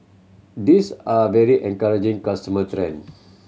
these are very encouraging consumer trend